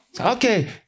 Okay